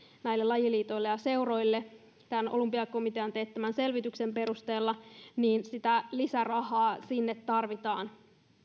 näille lajiliitoille ja seuroille tämän olympiakomitean teettämän selvityksen perusteella niin sitä lisärahaa sinne tarvitaan